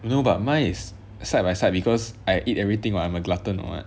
no but mine is side by side because I eat everything [what] I'm a glutton or what